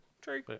true